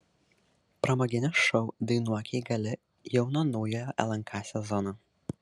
pramoginis šou dainuok jei gali jau nuo naujojo lnk sezono